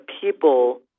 people